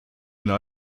ihren